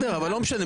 לא משנה.